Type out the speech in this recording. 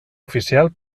oficial